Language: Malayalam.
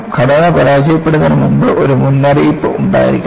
ഘടന പരാജയപ്പെടുന്നതിന് മുമ്പ് ഒരു മുന്നറിയിപ്പ് ഉണ്ടായിരിക്കണം